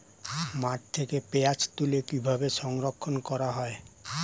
মাঠ থেকে পেঁয়াজ তুলে কিভাবে সংরক্ষণ করা হয়?